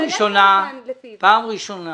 פעם ראשונה